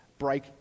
break